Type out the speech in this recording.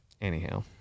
anyhow